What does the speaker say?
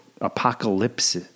Apocalypse